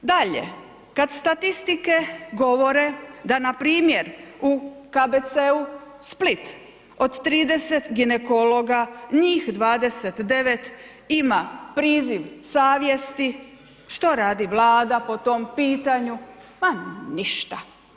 Dalje, kad statistike govore da na primjer u KBC-u Split od 30 ginekologa, njih 29 ima priziv savjesti, što radi Vlada po tom pitanju?, ma ništa.